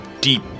deep